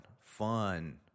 fun